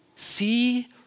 See